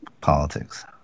politics